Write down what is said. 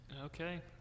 Okay